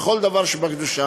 לכל דבר שבקדושה,